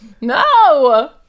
No